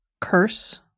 curse